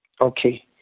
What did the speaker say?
Okay